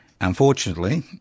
Unfortunately